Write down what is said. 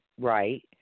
right